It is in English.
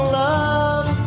love